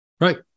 Right